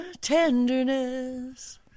tenderness